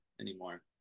anymore